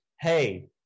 hey